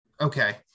Okay